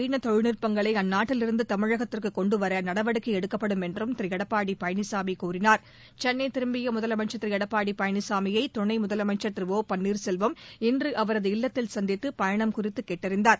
மறுசுழற்சி தொழில்நுட்பங்களை அந்நாட்டிலிருந்து தமிழகத்திற்கு கொண்டுவர நடவடிக்கை எடுக்கப்படும் என்றும் திரு எடப்பாடி பழனிசாமி கூறினார் சென்னை திரும்பிய முதலமைச்சர் திரு எடப்பாடி பழனிசாமியை துணை முதலமைச்சர் திரு ஒ பன்னீர்செல்வம் இன்று அவரது இல்லத்தில் சந்தித்து பயணம் குறித்து கேட்டறிந்தார்